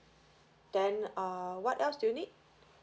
then err what else do you need